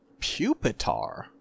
Pupitar